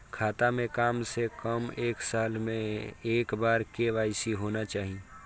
खाता में काम से कम एक साल में एक बार के.वाई.सी होना चाहि?